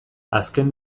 azken